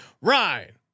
Ryan